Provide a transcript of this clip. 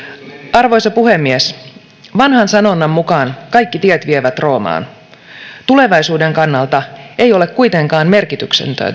arvoisa puhemies vanhan sanonnan mukaan kaikki tiet vievät roomaan tulevaisuuden kannalta ei ole kuitenkaan merkityksetöntä